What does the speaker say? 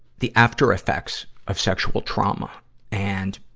the after effects of sexual trauma and